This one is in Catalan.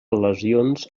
lesions